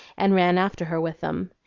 and ran after her with them.